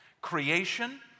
Creation